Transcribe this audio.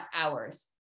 hours